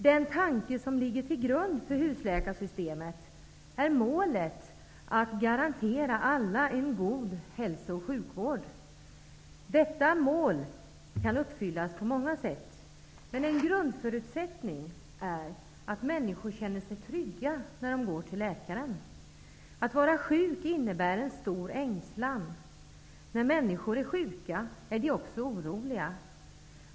Den tanke som ligger till grund för husläkarsystemet är att garantera alla en god hälsooch sjukvård. Det målet kan uppfyllas på många sätt. Men en grundförutsättning är att människor känner sig trygga när de går till läkaren. Att vara sjuk innebär en stor ängslan. När människor är sjuka är de också oroliga.